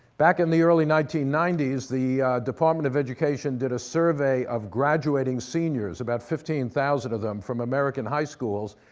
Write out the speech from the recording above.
back in the early nineteen ninety s, the department of education did a survey of graduating seniors, about fifteen thousand of them, from american high schools,